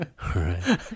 Right